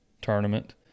tournament